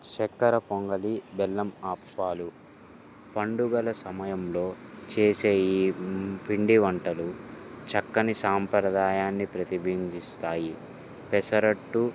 చక్కెర పొంగలి బెల్లం అవాాలు పండుగల సమయంలో చేసే ఈ పిండి వంటలు చక్కని సాంప్రదాయాన్ని ప్రతిబింబిస్తాయి పెసరట్టు